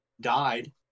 died